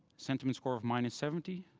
sentiment score of mine is seventy,